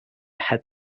head